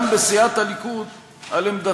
כעבור יומיים גם בסיעת הליכוד על עמדתו,